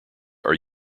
are